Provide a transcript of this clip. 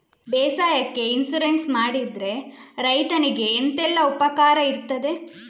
ಬೇಸಾಯಕ್ಕೆ ಇನ್ಸೂರೆನ್ಸ್ ಮಾಡಿದ್ರೆ ರೈತನಿಗೆ ಎಂತೆಲ್ಲ ಉಪಕಾರ ಇರ್ತದೆ?